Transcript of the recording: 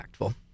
impactful